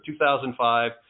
2005